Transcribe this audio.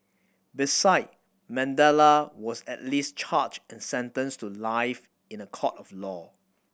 beside Mandela was at least charged and sentenced to life in a court of law